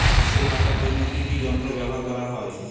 ফসল কাটার জন্য কি কি যন্ত্র ব্যাবহার করা হয়?